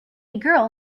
girl